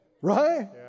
Right